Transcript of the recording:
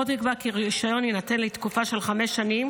עוד נקבע כי הרישיון יינתן לתקופה של חמש שנים,